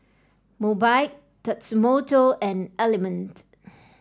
Mobike Tatsumoto and Element